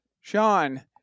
Sean